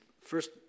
first